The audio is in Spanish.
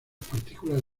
partículas